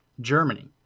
Germany